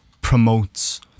promotes